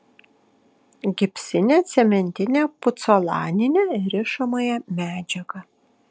gipsinę cementinę pucolaninę rišamąją medžiagą